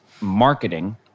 marketing